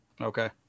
Okay